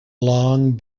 long